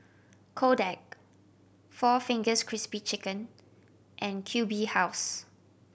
Kodak four Fingers Crispy Chicken and Q B House